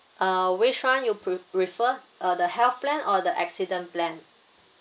uh which one you pre~ prefer uh the health plan or the accident plan